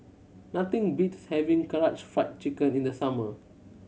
nothing beats having Karaage Fried Chicken in the summer